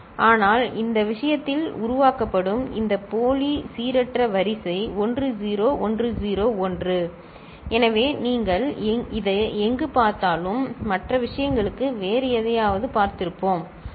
ஆனால் இந்த விஷயத்தில் உருவாக்கப்படும் இந்த போலி சீரற்ற வரிசை 1 0 1 0 1 எனவே நீங்கள் இங்கு எதைப் பார்த்தாலும் மற்ற விஷயங்களுக்கு வேறு எதையாவது பார்த்தோம் சரி